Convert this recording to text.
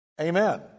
Amen